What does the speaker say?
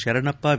Sharanappa V